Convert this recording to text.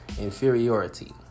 inferiority